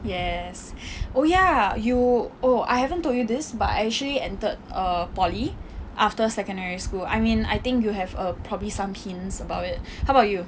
yes oh ya you oh I haven't told you this but I actually entered a poly after secondary school I mean I think you have err probably some hints about it how about you